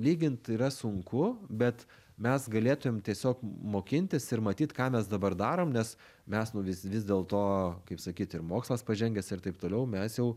lygint yra sunku bet mes galėtumėm tiesiog mokintis ir matyt ką mes dabar darom nes mes nu vis vis dėlto kaip sakyti ir mokslas pažengęs ir taip toliau mes jau